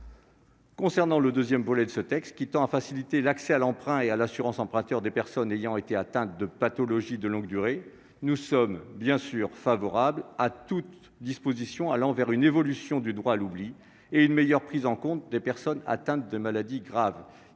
Concernant le second volet du texte, qui tend à faciliter l'accès à l'emprunt et à l'assurance emprunteur des personnes ayant été atteintes de pathologie de longue durée, nous sommes, bien sûr, favorables à toute disposition allant vers une évolution du droit à l'oubli et vers une meilleure prise en compte des personnes atteintes de maladies graves,